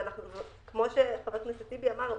כמו שחבר הכנסת טיבי אמר,